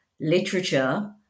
literature